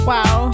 Wow